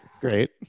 Great